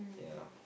ya